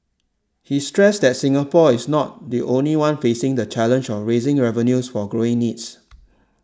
he stressed that Singapore is not the only one facing the challenge of raising revenues for growing needs